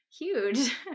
Huge